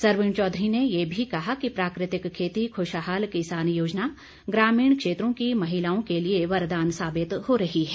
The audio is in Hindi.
सरवीण चौधरी ने ये भी कहा कि प्राकृतिक खेती खुशहाल किसान योजना ग्रामीण क्षेत्रों की महिलाओं के लिए वरदान साबित हो रही है